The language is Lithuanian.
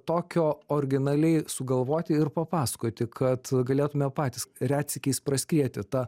tokio originaliai sugalvoti ir papasakoti kad galėtume patys retsykiais praskieti ta